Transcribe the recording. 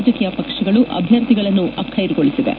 ರಾಜಕೀಯ ಪಕ್ಷಗಳು ಅಭ್ಯರ್ಥಿಗಳನ್ನು ಅಬ್ಬೆರುಗೊಳಿಸಿವೆ